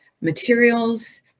materials